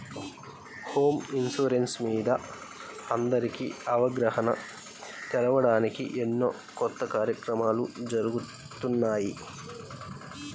home insurance మీద అందరికీ అవగాహన తేవడానికి ఎన్నో కొత్త కార్యక్రమాలు జరుగుతున్నాయి